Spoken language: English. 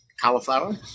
Cauliflower